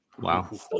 Wow